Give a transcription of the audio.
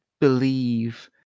believe